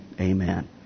amen